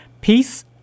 Peace